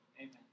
Amen